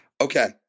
okay